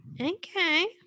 Okay